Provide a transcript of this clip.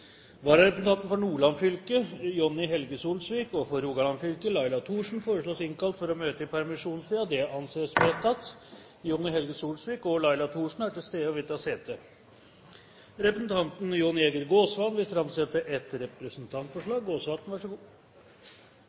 forslag fra presidenten ble enstemmig besluttet: Søknadene behandles straks og innvilges. Følgende vararepresentanter innkalles for å møte i permisjonstiden: For Nordland fylke: Jonni Helge Solsvik For Rogaland fylke: Laila Thorsen Jonni Helge Solsvik og Laila Thorsen er til stede og vil ta sete. Representanten Jon Jæger Gåsvatn vil framsette et representantforslag.